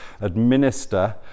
administer